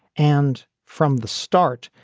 and from the start,